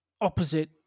opposite